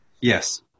Yes